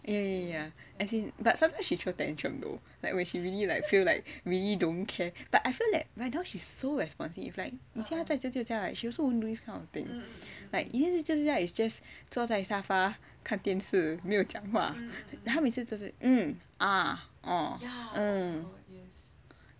ya ya as in but sometimes she show tantrum though when she really like feel like really don't care but I feel that she's so responsive like 舅舅在家 right she also won't do this kind of thing like 他叫叫叫 it's just 坐在沙发看电视没有讲话 then 他每次也是 mm ah orh